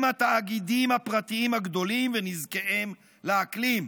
התאגידים הפרטיים הגדולים ונזקיהם לאקלים.